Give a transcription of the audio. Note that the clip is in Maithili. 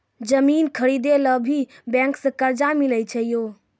जमीन खरीदे ला भी बैंक से कर्जा मिले छै यो?